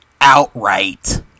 Outright